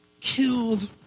killed